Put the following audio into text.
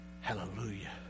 Hallelujah